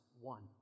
one